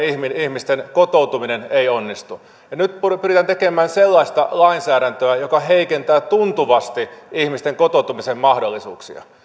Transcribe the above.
ihmisten kotoutuminen ei onnistu ja nyt pyritään tekemään sellaista lainsäädäntöä joka heikentää tuntuvasti ihmisten kotoutumisen mahdollisuuksia